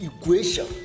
equation